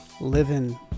living